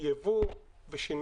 כמו יבוא ושינויים,